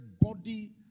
body